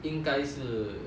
应该是